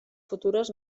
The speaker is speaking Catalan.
futures